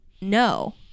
no